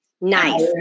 Nice